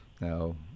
Now